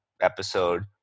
episode